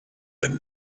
had